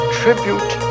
tribute